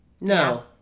No